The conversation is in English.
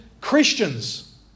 Christians